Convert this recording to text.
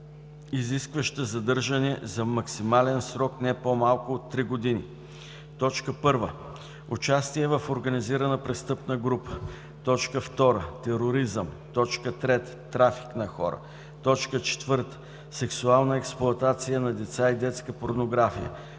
изискваща задържане за максимален срок не по-малко от три години: 1. участие в организирана престъпна група; 2. тероризъм; 3. трафик на хора; 4. сексуална експлоатация на деца и детска порнография;